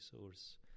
source